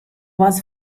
was